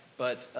but